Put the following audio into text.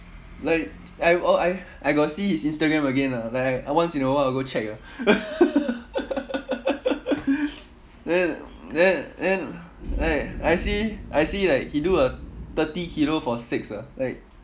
like I oh I I got see his instagram again ah like I I once in a while I go check ah then then then like I see I see like he do a thirty kilo for six ah like